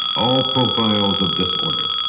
all profiles of disorder.